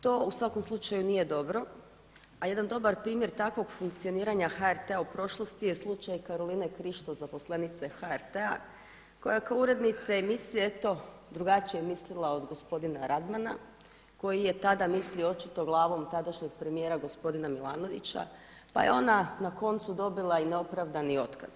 To u svakom slučaju nije dobro, a jedan dobar primjer takvog funkcioniranja HRT-a u prošlosti je slučaj Karoline Krišto zaposlenice HRT-a koja je kao urednica emisije eto drugačije mislila od gospodina Radmana koji je tada mislio očito glavom tadašnjeg premijera gospodina Milanovića pa je ona na koncu dobila i neopravdani otkaz.